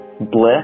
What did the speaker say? bliss